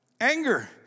anger